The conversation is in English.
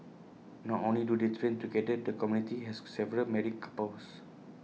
not only do they train together the community has several married couples